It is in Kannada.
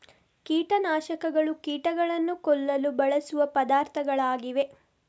ಕೀಟ ನಾಶಕಗಳು ಕೀಟಗಳನ್ನು ಕೊಲ್ಲಲು ಬಳಸುವ ಪದಾರ್ಥಗಳಾಗಿವೆ